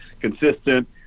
consistent